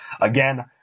Again